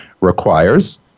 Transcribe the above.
requires